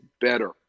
better